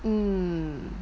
mm